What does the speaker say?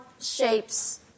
shapes